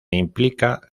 implica